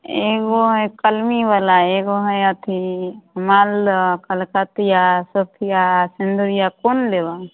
एगो हइ कलमीवला एगो हइ अथी मालदह कलकतिआ सोफिआ सिनुरिआ कोन लेब आम